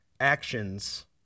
actions